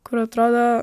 kur atrodo